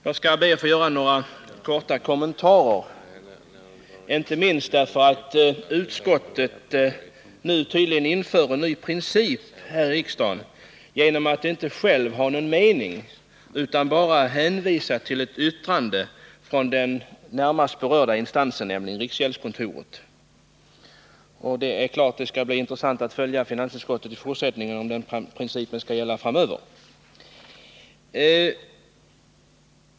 Jag skall be att få göra några korta kommentarer, inte minst därför att finansutskottet nu inför en ny princip här i riksdagen genom att självt inte uttala någon mening utan bara hänvisa till ett yttrande från den närmast berörda instansen, nämligen riksgäldskontoret. Det skall bli intressant att följa finansutskottet i fortsättningen, om den principen kommer att gälla framöver.